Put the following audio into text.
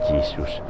Jesus